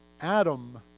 Adam